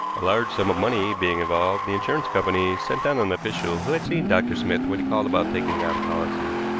a large sum of money being involved, the insurance company sent down an official who had seen dr. smith when he called about taking out a policy.